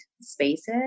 spaces